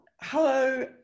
Hello